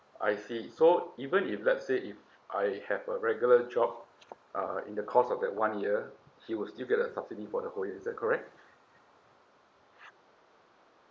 I see so even if let's say if I have a regular job uh in the course of like one year he would still get the subsidy for the whole year is that correct